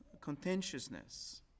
contentiousness